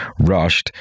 rushed